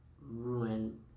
ruin